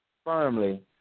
Firmly